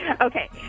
Okay